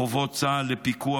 חובות צה"ל לפיקוח,